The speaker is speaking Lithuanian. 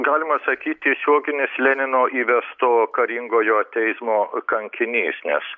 galima sakyt tiesioginis lenino įvesto karingojo teismo kankinys nes